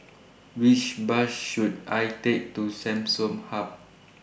Which Bus should I Take to Samsung Hub